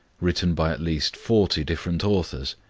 written by at least forty different authors.